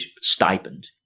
stipend